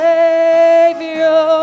Savior